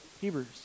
Hebrews